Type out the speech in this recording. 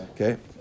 Okay